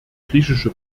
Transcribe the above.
griechische